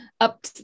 up